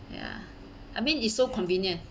ya I mean it's so convenient